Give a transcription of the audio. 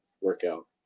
workout